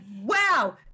wow